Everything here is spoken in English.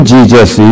Jesus